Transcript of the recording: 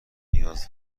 نیاز